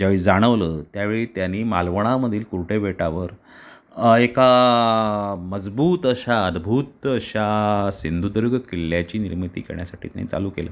ज्यावेळी जाणवलं त्यावेळी त्यांनी मालवणमधील कुरटे बेटावर एका मजबूत अशा अद्भुत अशा सिंधुदुर्ग किल्ल्याची निर्मिती करण्यासाठी त्यांनी चालू केलं